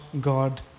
God